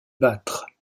battre